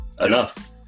enough